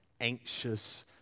anxious